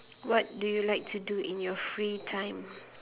what do you like to do in your free time